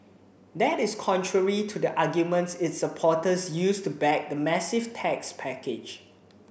that is contrary to the arguments its supporters used to back the massive tax package